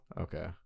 Okay